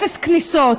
אפס כניסות.